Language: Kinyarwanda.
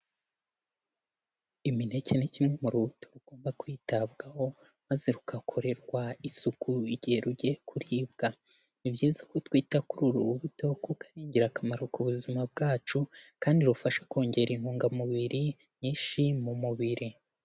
Imineke ni kimwe mu rubuto rugomba kwitabwaho maze rugakorerwa isuku igihe rugiye kuribwa, ni byiza ko twita kuri uru rubuto kuko ari ingirakamaro ku buzima bwacu kandi rufasha kongera intungamubiri nyinshi mu mubiri.